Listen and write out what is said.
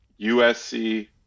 USC